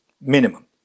minimum